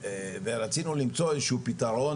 ורצינו למצוא איזה שהוא פתרון,